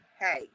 Hey